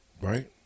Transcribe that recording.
Right